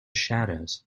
shadows